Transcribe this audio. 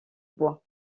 bois